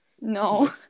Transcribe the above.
No